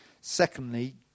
Secondly